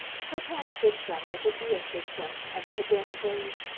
chopin's system if it be a system of cadenzas,